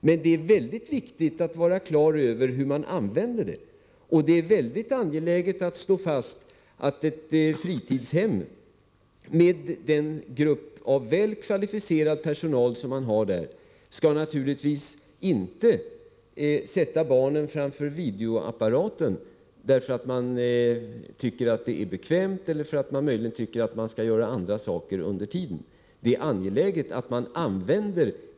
Men det är väldigt viktigt att vara på det klara med hur man använder dem. Det är också angeläget att slå fast att fritidshem med en väl kvalificerad personal naturligtvis inte skall sätta barn framför videoapparaten, därför att man tycker att det är bekvämt eller därför att man vill göra andra saker under tiden.